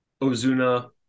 Ozuna